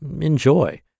Enjoy